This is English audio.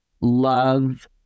love